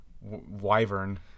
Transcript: wyvern